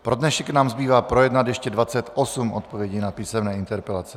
Pro dnešek nám zbývá projednat ještě 28 odpovědí na písemné interpelace.